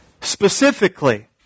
specifically